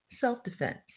Self-defense